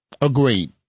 Agreed